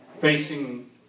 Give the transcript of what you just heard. facing